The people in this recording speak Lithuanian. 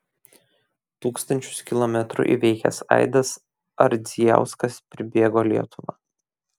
tūkstančius kilometrų įveikęs aidas ardzijauskas pribėgo lietuvą